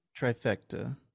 trifecta